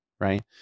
right